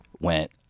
went